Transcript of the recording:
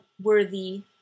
worthy